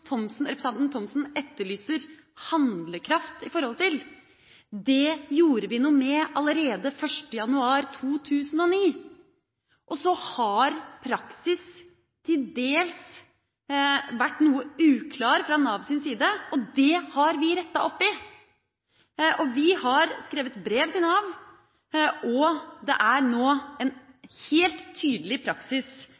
Thomsen etterlyser handlekraft i forhold til, gjorde vi noe med allerede 1. januar 2009. Så har praksis til dels vært noe uklar fra Navs side, og det har vi rettet opp i. Vi har skrevet brev til Nav, og det er nå en